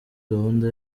gahunda